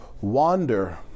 wander